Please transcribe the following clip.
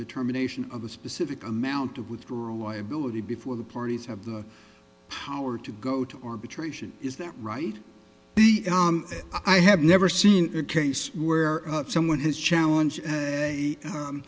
determination of a specific amount of withdrawal liability before the parties have the power to go to arbitration is that right i have never seen a case where someone has challenge